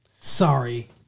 Sorry